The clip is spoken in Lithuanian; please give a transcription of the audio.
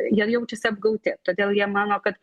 jie jaučiasi apgauti todėl jie mano kad